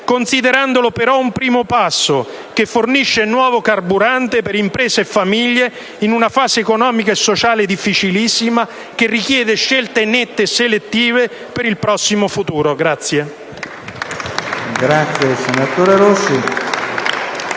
considerandolo però un primo passo che fornisce nuovo carburante per imprese e famiglie in una fase economica e sociale difficilissima che richiede scelte nette e selettive per il prossimo futuro.